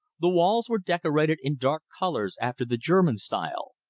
the walls were decorated in dark colors after the german style.